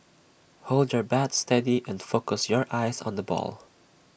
hold your bat steady and focus your eyes on the ball